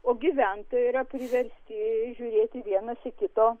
o gyventojai yra priversti žiūrėti vienas į kito